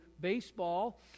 baseball